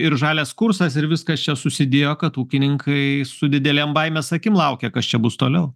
ir žalias kursas ir viskas čia susidėjo kad ūkininkai su didelėm baimės akim laukia kas čia bus toliau